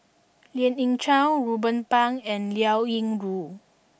Lien Ying Chow Ruben Pang and Liao Yingru